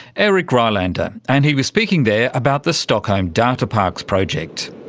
erik rylander. and he was speaking there about the stockholm data parks project.